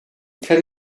can